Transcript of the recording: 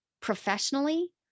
professionally